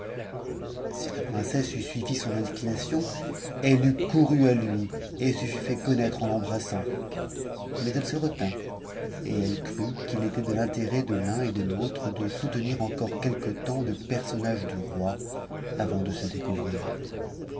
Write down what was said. si la princesse eût suivi s inclination elle eût couru à lui et se fût fait connaître en l'embrassai mais elle se retint et elle crut qu'il était de l'intérêt de l'un et de fau de soutenir encore quelque temps le personnage de roi avant de découvrir